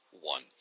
one